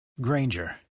granger